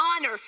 honor